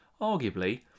arguably